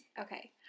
Okay